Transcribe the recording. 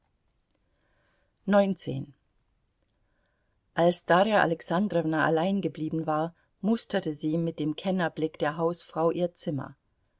als darja alexandrowna allein geblieben war musterte sie mit dem kennerblick der hausfrau ihr zimmer